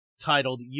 titled